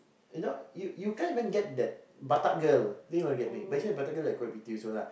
you know you you can't even get that batak girl then you want to get me but actually the batak girl quite pretty also lah